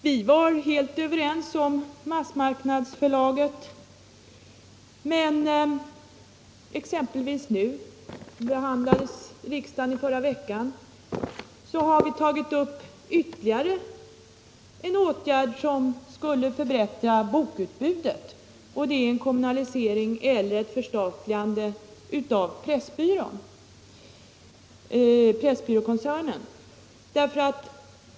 Vi var helt överens verkningar på kulturområdet verkningar på kulturområdet om inrättandet av ett massmarknadsförlag, och jag vill peka på ytterligare en av oss föreslagen åtgärd i syfte att förbättra bokutbudet, som behandlades i riksdagen förra veckan, nämligen en kommunalisering eller ett förstatligande av Pressbyråkoncernen.